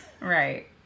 Right